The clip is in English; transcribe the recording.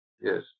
Yes